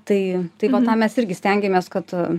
tai tai va tą mes irgi stengiamės kad